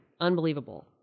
Unbelievable